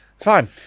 fine